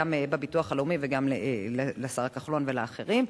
גם לביטוח הלאומי וגם לשר כחלון ולאחרים.